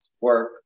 work